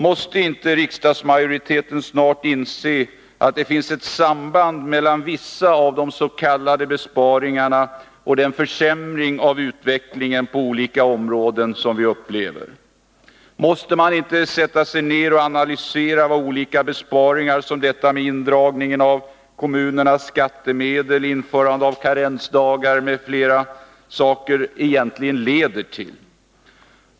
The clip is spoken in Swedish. Måste inte riksdagsmajoriteten snart inse att det finns ett samband mellan vissa av de s.k. besparingarna och den försämring av utvecklingen på olika områden som vi upplever? Måste man inte sätta sig ned och analysera vad olika besparingar som detta med indragningen av kommunernas skattemedel, införande av karensdagar m.m. leder till?